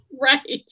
Right